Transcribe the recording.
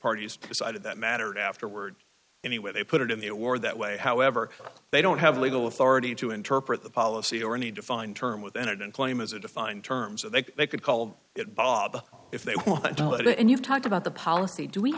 parties decided that mattered afterward anyway they put it in the or that way however they don't have legal authority to interpret the policy or any defined term within it and claim as a defined terms of that they could call it bob if they don't and you've talked about the policy